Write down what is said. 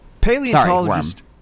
Paleontologist